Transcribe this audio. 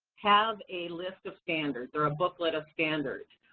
have a list of standards or a booklet of standards.